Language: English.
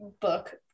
book